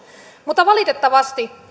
mutta valitettavasti